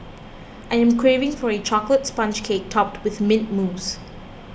I am craving for a Chocolate Sponge Cake Topped with Mint Mousse